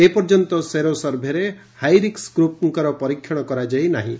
ଏପର୍ଯ୍ୟନ୍ତ ସେରୋ ସଭେରେ ହାଇରିସ୍କ ଗ୍ରପ୍ଙ୍କର ପରୀକ୍ଷଣ କରାଯାଇ ନାହିଁ